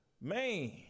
man